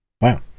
Wow